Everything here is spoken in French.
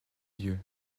lieu